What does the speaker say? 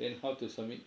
then how to submit